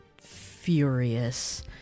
furious